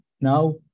Now